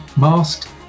masked